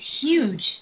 huge